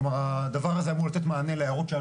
שאומרים לך מומחי הכשרות,